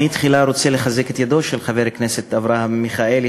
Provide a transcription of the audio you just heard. תחילה אני רוצה לחזק את ידיו של חבר הכנסת אברהם מיכאלי,